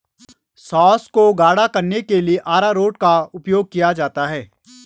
sauce को गाढ़ा करने के लिए अरारोट का उपयोग किया जाता है